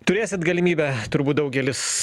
turėsit galimybę turbūt daugelis